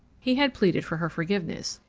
he had pleaded for her forgiveness,